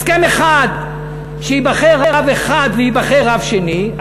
הסכם אחד שייבחר רב אחד וייבחר רב שני,